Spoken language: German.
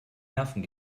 nerven